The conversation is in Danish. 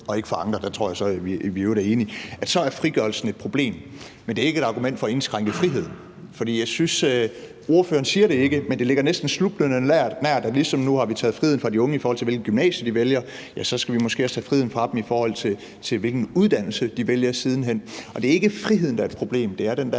og ikke for andre, og der tror jeg så i øvrigt, at vi er enige – er et problem. Men det er ikke et argument for at indskrænke friheden. Ordføreren siger det ikke, men jeg synes, det ligger næsten snublende nært, at ligesom vi nu har taget friheden fra de unge, i forhold til hvilket gymnasie de vælger, så skal vi måske også tage friheden fra dem, i forhold til hvilken uddannelse de vælger siden hen. Det er ikke friheden, der er et problem; det er den der